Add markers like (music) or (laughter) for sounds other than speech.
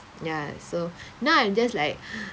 ya so now I'm just like (breath)